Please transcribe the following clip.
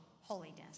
holiness